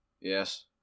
Yes